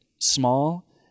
small